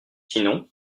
sinon